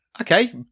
okay